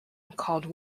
called